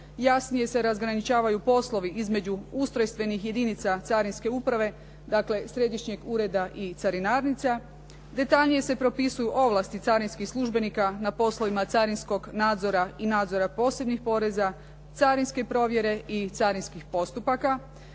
jasnije se razgraničavaju poslovi između ustrojstvenih jedinca carinske uprave, dakle središnjeg ureda i carinarnica, detaljnije se propisuju ovlasti carinskih službenika na poslovima carinskog nadzora i nadzora posebnih poreza, carinske provjere i carinskih postupaka,